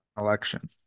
election